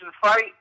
fight